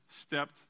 stepped